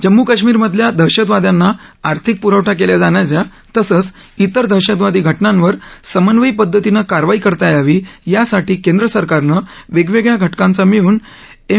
जम्मू काश्मीरमधल्या दहशतवाद्यांना आर्थिक पुरवठा केल्या जाण्याच्या तसंच इतर दहशतवादी घ जांवर समन्वयी पद्धतीनं कारवाई करता यावी यासाठी केंद्र सरकारनं वेगवेगळ्या घ किंचा मिळून एम